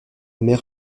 mère